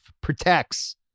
protects